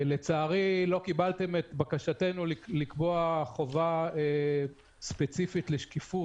לצערי לא קיבלתם את בקשתנו לקבוע חובה ספציפית לשקיפות